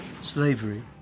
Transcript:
slavery